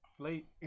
late